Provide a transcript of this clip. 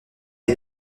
est